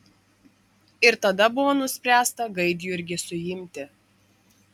ir tada buvo nuspręsta gaidjurgį suimti